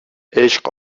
عشق